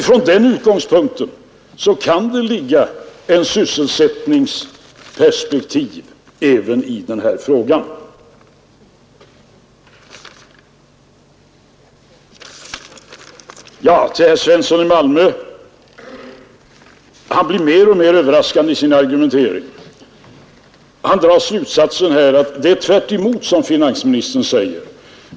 Med denna utgångspunkt kan det ligga ett sysselsättningsperspektiv även i denna fråga. Herr Svensson i Malmö blir mer och mer överraskande i sin argumentering. Han drar slutsatsen att det förhåller sig tvärtemot vad finansministern säger.